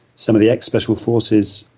some of the ex-special forces,